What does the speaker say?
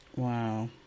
Wow